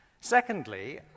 Secondly